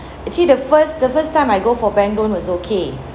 actually the first the first time I go for bank loan was okay